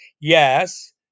yes